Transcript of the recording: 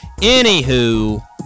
Anywho